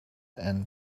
and